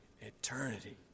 Eternity